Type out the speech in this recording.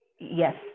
Yes